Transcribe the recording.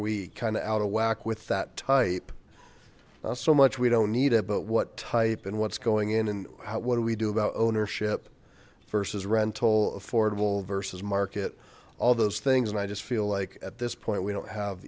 we kind of out of whack with that type so much we don't need it but what type and what's going in and how what do we do about ownership versus rental affordable versus market all those things and i just feel like at this point we don't have